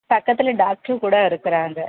பக்கத்தில் டாக்ட்ரு கூட இருக்கிறாங்க